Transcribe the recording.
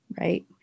Right